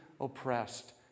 oppressed